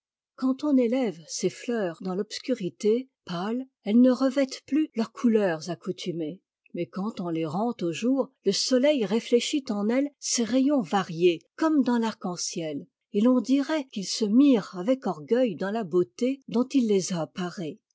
quand on étève e ces fleurs dans l'obscurité pâles elles ne revêtent plus leurs couleurs accoutumées mais quand on les rend au jour le soleil réfléchit en eues ses rayons variés comme dans l'arc-en-ciel et l'on dirait qu'il se mire avec orgueil dans la beauté dont il les a parées